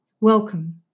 Welcome